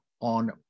on